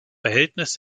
verhältnis